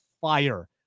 fire